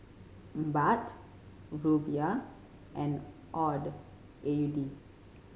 Baht Rupiah and AUD A U D